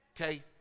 Okay